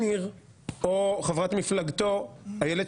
להלן עמדתי, לא עמדת הנשיאות: אל"ף,